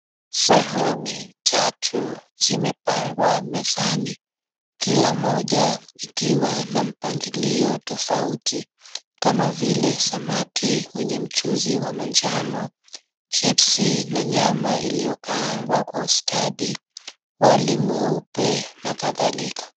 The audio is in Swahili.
Sahani tatu zimepangwa mezani. Kila moja ikiwa na mpangilio tofauti. Kama vile samaki wenye mchuzi wa manjano chips na nyama iliyokaangwa Kwa ustadi, wali mweupe na kadhalika.